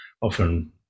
often